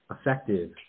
effective